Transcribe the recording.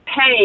pay